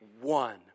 one